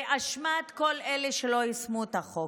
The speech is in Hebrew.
ובאשמת כל אלה שלא יישמו את החוק.